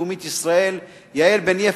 "שקיפות בינלאומית ישראל"; יעל בן יפת,